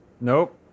Nope